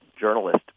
journalist